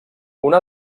una